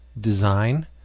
design